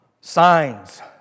Signs